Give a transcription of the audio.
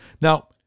Now